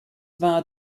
war